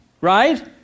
right